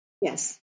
yes